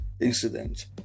incident